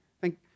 Thank